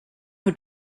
who